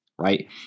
Right